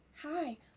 hi